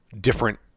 different